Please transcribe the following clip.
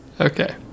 Okay